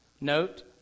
note